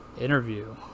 interview